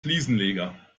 fliesenleger